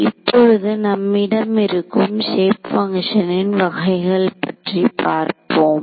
இப்பொழுது நம்மிடம் இருக்கும் க்ஷேப் பங்க்ஷனின் வகைகளை பற்றி பார்ப்போம்